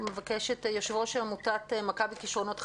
יושב-ראש עמותת מכבי כישרונות חדרה,